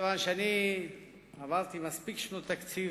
כיוון שאני עברתי מספיק שנות תקציב,